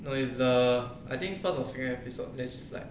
no it's err I think front of second episode which is like